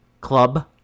club